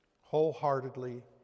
Wholeheartedly